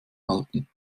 halten